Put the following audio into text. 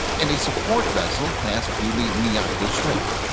and a support vessel passed through the miyako strait,